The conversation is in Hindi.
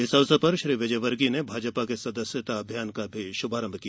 इस अवसर पर श्री विजयवर्गीय ने भाजपा के सदस्यता अभियान का शुभारंभ भी किया